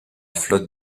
flotte